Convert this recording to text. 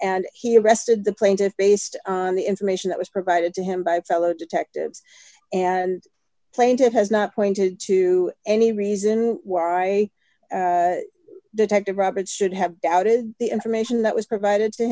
and he arrested the plaintiff based on the information that was provided to him by fellow detectives and plaintiff has not pointed to any reason why detective roberts should have doubted the information that was provided to